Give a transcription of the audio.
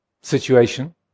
situation